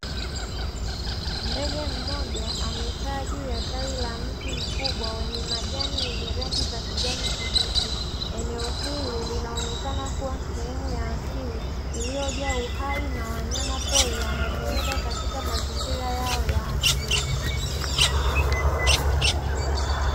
Ndege mmoja ame kaa juu ya tawi la mti mkubwa wenye majani yeneye majani ya rangi ya kijani kibichi, eneo hili linaonekana kuwa sehemu ya asili iliyo jaa uhai na wanyamapori wanazunguka katika mazingira yao ya asili.